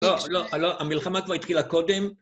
לא, המלחמה כבר התחילה קודם.